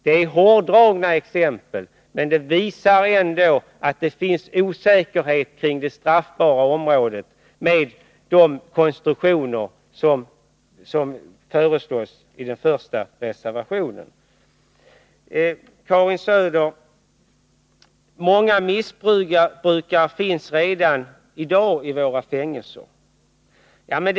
Det är hårdragna exempel, men de visar ändå att det råder osäkerhet i fråga om det straffbara området med de konstruktioner som föreslås i den första reservationen. Många missbrukare finns redan i dag i våra fängelser, säger Karin Söder.